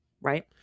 right